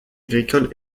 agricole